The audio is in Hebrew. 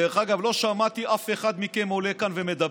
דרך אגב, לא שמעתי אף אחד מכם עולה כאן ומדבר.